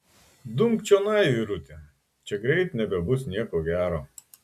dumk čionai vyruti čia greit nebebus nieko gero